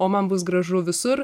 o man bus gražu visur